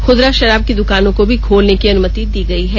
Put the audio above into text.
खुदरा षराब की दुकानों को भी खोलने की अनुमति दी गई है